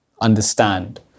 understand